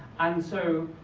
and so